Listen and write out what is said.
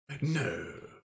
No